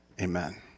Amen